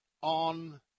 on